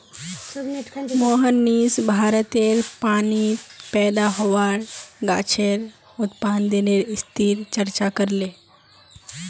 मोहनीश भारतेर पानीत पैदा होबार गाछेर उत्पादनेर स्थितिर चर्चा करले